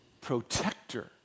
protector